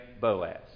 Boaz